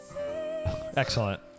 Excellent